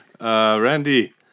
Randy